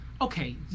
okay